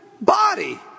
body